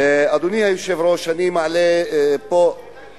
אדוני היושב-ראש, חברי